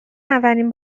اولین